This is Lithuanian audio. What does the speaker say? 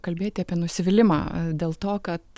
kalbėti apie nusivylimą dėl to kad